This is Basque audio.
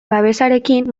babesarekin